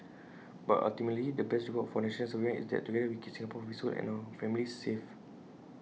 but ultimately the best reward for National Servicemen is that together we keep Singapore peaceful and our families safe